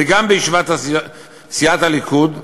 וגם בישיבת סיעת הליכוד,